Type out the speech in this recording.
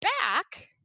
back